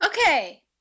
okay